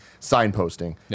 signposting